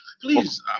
Please